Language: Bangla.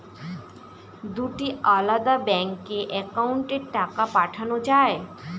দুটি আলাদা ব্যাংকে অ্যাকাউন্টের টাকা পাঠানো য়ায়?